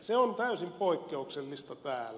se on täysin poikkeuksellista täällä